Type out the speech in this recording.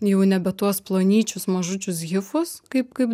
jau nebe tuos plonyčius mažučius hifus kaip kaip